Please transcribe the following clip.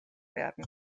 werden